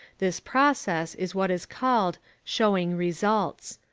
this process is what is called showing results.